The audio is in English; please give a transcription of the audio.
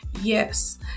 Yes